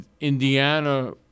Indiana